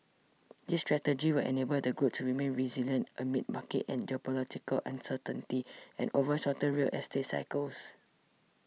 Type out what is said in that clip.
this strategy will enable the group to remain resilient amid market and geopolitical uncertainty and over shortened real estate cycles